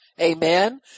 Amen